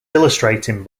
illustrating